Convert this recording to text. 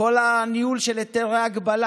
כל הניהול של היתרי הגבלה,